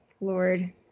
Lord